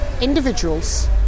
individuals